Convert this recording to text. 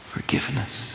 Forgiveness